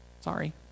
Sorry